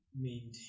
maintain